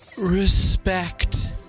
Respect